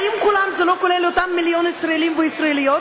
האם כולם זה לא כולל את אותם מיליון ישראלים וישראליות